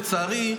לצערי,